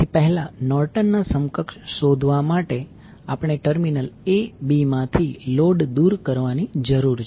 તેથી પહેલા નોર્ટન ના સમકક્ષ શોધવા માટે આપણે ટર્મિનલ a b માંથી લોડ દૂર કરવાની જરૂર છે